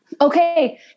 Okay